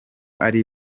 ari